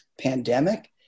pandemic